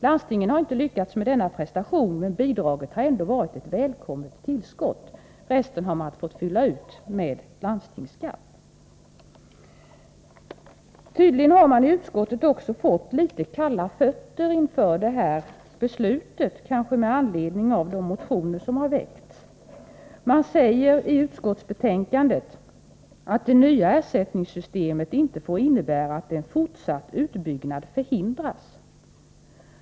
Landstingen har inte lyckats med denna prestation, men bidraget har ändå varit ett välkommet tillskott. Resten har fått fyllas ut med landstingsskatt. Tydligen har man i utskottet också fått litet kalla fötter inför detta beslut, kanske med anledning av de motioner som väckts. Man säger i utskottsbetänkandet att det nya ersättningssystemet inte får innebära att en fortsatt utbyggnad förhindras.